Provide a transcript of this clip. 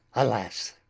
alas!